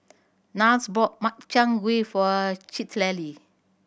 Niles bought Makchang Gui for Citlalli